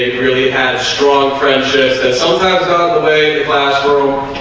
really have strong friendships a sort of a classroom,